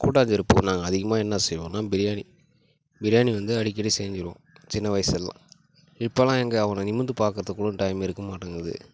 கூட்டாஞ்சோறு இப்போ நாங்கள் அதிகமாக என்ன செய்வோன்னா பிரியாணி பிரியாணி வந்து அடிக்கடி செஞ்சுருவோம் சின்ன வயசுலலாம் இப்போலாம் எங்கே அவனை நிமிர்ந்து பார்க்கறதுக்கு கூட டைம் இருக்க மாட்டங்கிது